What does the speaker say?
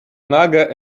naga